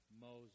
Moses